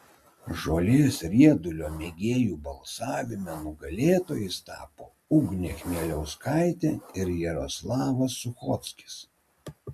žolės riedulio mėgėjų balsavime nugalėtojais tapo ugnė chmeliauskaitė ir jaroslavas suchockis